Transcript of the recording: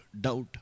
doubt